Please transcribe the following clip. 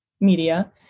media